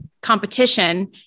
competition